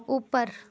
اوپر